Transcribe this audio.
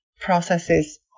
processes